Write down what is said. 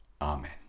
Amen